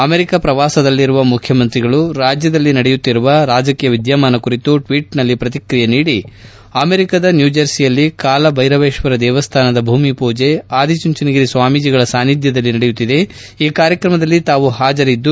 America ಪ್ರವಾಸದಲ್ಲಿರುವ ಮುಖ್ಚಮಂತ್ರಿಗಳು ರಾಜ್ಯದಲ್ಲಿ ನಡೆಯುತ್ತಿರುವ ರಾಜಕೀಯ ವಿದ್ದಮಾನ ಕುರಿತು ಟ್ವೀಟ್ನಲ್ಲಿ ಪ್ರತಿಕ್ರಿಯಿಸಿ ಅಮೆರಿಕದ ನ್ಯೂರ್ಜೆರ್ಚಿಯಲ್ಲಿ ಕಾಲ ಬೈರವೇಶ್ವರ ದೇವಸ್ಥಾನದ ಭೂಮಿ ಪೂಜೆ ಆದಿಚುಂಚನಗಿರಿ ಸ್ವಾಮಿಜೀಗಳ ಸಾನಿದ್ದದಲ್ಲಿ ನಡೆಯುತ್ತಿದೆ ಈ ಕಾರ್ತ್ರಮದಲ್ಲಿ ತಾವು ಹಾಜರಿದ್ದು